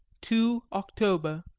two october,